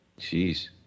Jeez